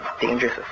Dangerous